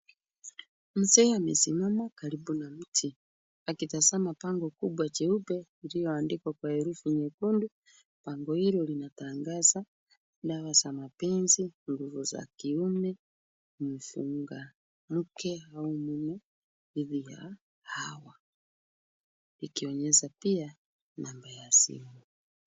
Mzee amesimama karibu na mti, akitazama bango kubwa jeupe iliyoandikwa kwa herufi nyekundu. Bango hilo limetangaza dawa za mapenzi, nguvu za kiume, kumfunga mke au mume dhidi ya hawa. Ikionyesha pia number ya simu.